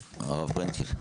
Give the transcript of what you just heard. הרב פרנקל?